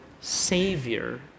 Savior